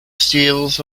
steals